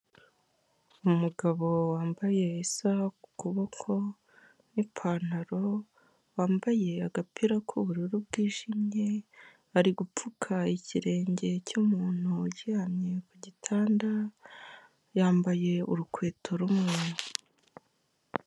Umugabo wambaye isaha ku kuboko n'ipantaro, wambaye agapira k'ubururu bwijimye, ari gupfuka ikirenge cy'umuntu uryamye ku gitanda, yambaye urukweto rumwe.